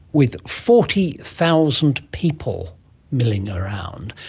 with forty thousand people milling around,